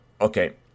okay